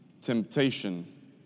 temptation